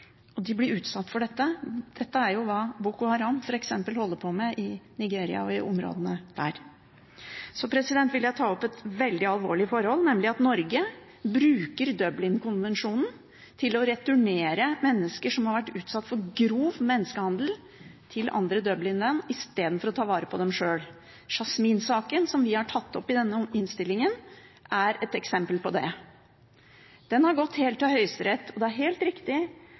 gutter. De blir utsatt for dette. Dette er hva f.eks. Boko Haram holder på med, i Nigeria og i områdene der. Så vil jeg ta opp et veldig alvorlig forhold, nemlig at Norge bruker Dublin-konvensjonen til å returnere mennesker som har vært utsatt for grov menneskehandel, til andre Dublin-land istedenfor å ta vare på dem sjøl. Yasmin-saken, som vi har tatt opp i denne innstillingen, er et eksempel på det. Den har gått helt til Høyesterett, og det er helt riktig